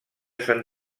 sant